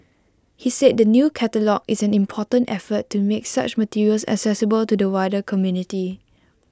he said the new catalogue is an important effort to make such materials accessible to the wider community